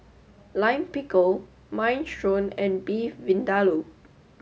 Lime Pickle Minestrone and Beef Vindaloo